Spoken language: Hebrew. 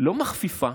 לא מכפיפה.